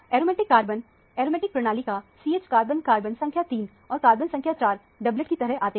aromatic carbon aromatic प्रणाली का CH carbon carbon संख्या 3 और कार्बन संख्या 4 डबलएट की तरह आते हैं